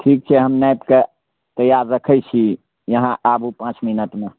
ठीक छै हम नापि कऽ तैयार रखै छी यहाँ आबू पाँच मिनटमे